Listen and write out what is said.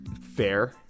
fair